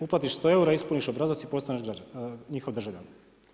Uplatiš 100 eura, ispuniš obrazac i postaneš njihovo državljanin.